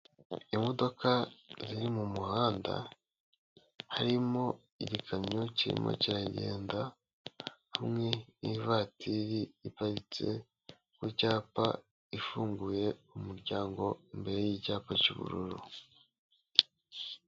Imodoka ziri mu muhanda, harimo igikamyo kirimo kiragenda hamwe n'ivatiri iparitse ku cyapa, ifunguye umuryango imbere y'icyapa cy'ubururu.